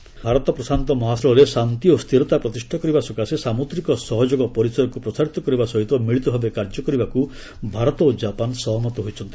India Japan Bharat ପ୍ରଶାନ୍ତ ଅଞ୍ଚଳରେ ଶାନ୍ତି ଓ ସ୍ଥିରତା ପ୍ରତିଷ୍ଠା କରିବା ସକାଶେ ସାମୁଦ୍ରିକ ସହଯୋଗ ପରିସରକୁ ପ୍ରସାରିତ କରିବା ସହିତ ମିଳିତ ଭାବେ କାର୍ଯ୍ୟ କରିବାକୁ ଭାରତ ଓ ଜାପାନ ସହମତ ହୋଇଛନ୍ତି